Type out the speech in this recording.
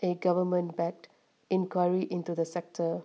a government backed inquiry into the sector